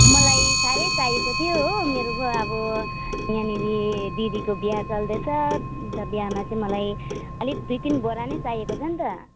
मलाई साह्रै चाहिएको थियो हो मेरो अब यहाँनिर दिदीको बिहा चल्दैछ अन्त बिहामा चाहिँ मलाई अलिक दुई तिन बोरा नै चाहिएको छ नि त